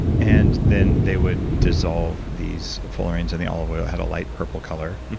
and then they would dissolve these fullerenes in the olive oil it had a light purple color.